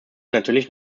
natürlich